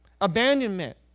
abandonment